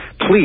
please